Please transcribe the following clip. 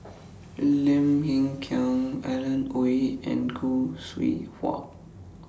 Lim Hng Kiang Alan Oei and Khoo Seow Hwa